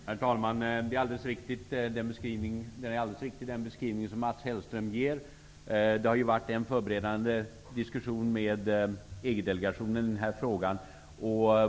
Herr talman! Den beskrivning som Mats Hellström ger är alldeles riktig. Det har varit en förberedande diskussion med EG-delegationen i denna fråga.